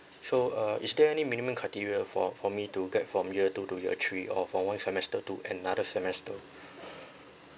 so uh is there any minimum criteria for for me to get from year two to year three or from one semester to another semester